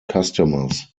customers